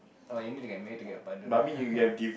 or you need to get married to get a partner